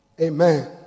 Amen